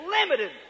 limited